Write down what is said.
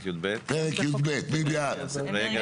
פרק